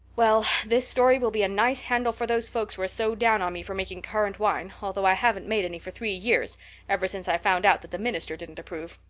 well, this story will be a nice handle for those folks who are so down on me for making currant wine, although i haven't made any for three years ever since i found out that the minister didn't approve.